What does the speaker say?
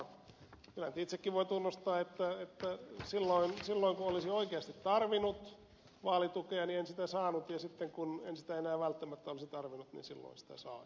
kyllä nyt itsekin voin tunnustaa että silloin kun olisin oikeasti tarvinnut vaalitukea en sitä saanut ja sitten kun en sitä enää välttämättä olisi tarvinnut silloin sitä sain